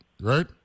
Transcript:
right